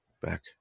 back